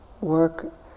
work